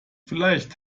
vielleicht